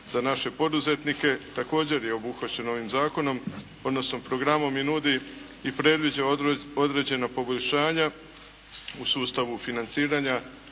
za naše poduzetnika. Također je obuhvaćen ovim zakonom odnosno programom i nudi i predviđa određena poboljšanja u sustavu financiranja.